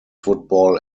football